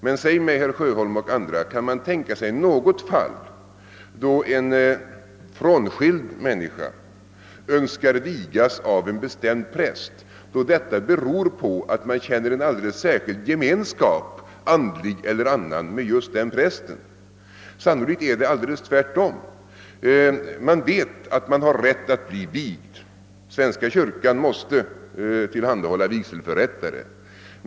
Men säg mig, herr Sjöholm och andra, kan man tänka sig något fall när en frånskild människa önskar vigas av en bestämd präst och detta beror på att denna människa känner en alldeles särskild gemenskap — andlig eller annan — med just den prästen? Sannolikt är det alldeles tvärtom. Man vet att man har rätt att bli vigd; svenska kyrkan måste tillhandahålla vigselförrättare.